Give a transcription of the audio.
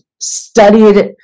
studied